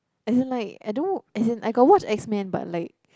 I didn't like I don't as in I got watch X Men but like